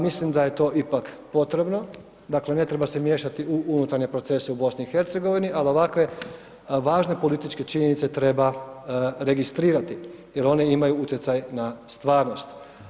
Mislim da je to ipak potrebno, dakle ne treba se miješati u unutarnje procese u BiH, ali ovakve važne političke činjenice treba registrirati jel oni imaju utjecaj na stvarnost.